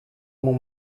μου